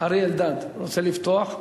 אריה אלדד, רוצה לפתוח?